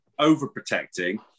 overprotecting